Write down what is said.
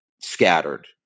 scattered